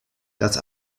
das